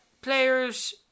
players